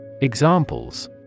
Examples